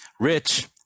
Rich